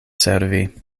servi